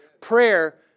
Prayer